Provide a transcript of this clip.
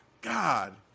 God